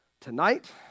tonight